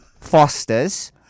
Foster's